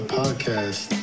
podcast